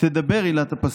תדבר עילת הפסלות,